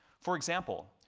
for example,